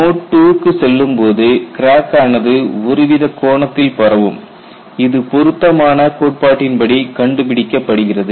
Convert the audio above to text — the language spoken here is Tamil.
மோட் II க்குச் செல்லும்போது கிராக் ஆனது ஒரு வித கோணத்தில் பரவும் இது பொருத்தமான கோட்பாட்டின் படி கண்டுபிடிக்கப்படுகிறது